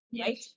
Right